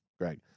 Greg